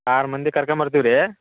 ಆರು ಮಂದಿ ಕರ್ಕೊಂಬರ್ತೇವೆ ರಿ